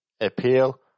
Appeal